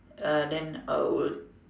uh then I would